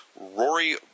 Rory